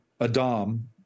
Adam